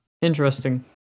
Interesting